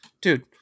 Dude